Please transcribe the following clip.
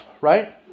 right